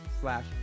slash